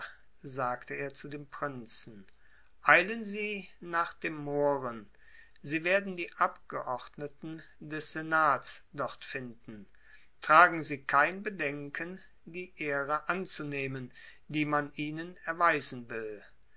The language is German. sagte er zu dem prinzen eilen sie nach dem mohren sie werden die abgeordneten des senats dort finden tragen sie kein bedenken die ehre anzunehmen die man ihnen erweisen will